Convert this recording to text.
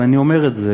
אבל אני אומר את זה,